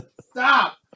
Stop